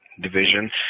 Division